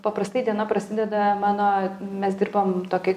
paprastai diena prasideda mano mes dirbam tokia